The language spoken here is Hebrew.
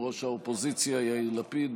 ראש האופוזיציה יאיר לפיד,